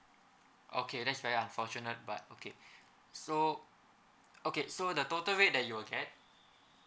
okay that's very unfortunate but okay so okay so the total rate that you'll get